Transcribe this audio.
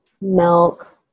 milk